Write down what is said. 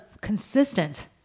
consistent